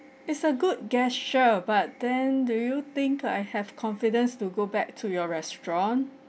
it's a good gesture but then do you think I have confidence to go back to your restaurant